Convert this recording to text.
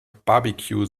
barbecue